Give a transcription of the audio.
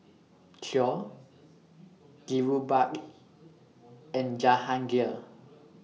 Choor Dhirubhai and Jahangir